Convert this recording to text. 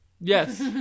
Yes